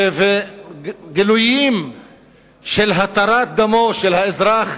גילויים של התרת דמו של האזרח